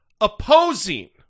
opposing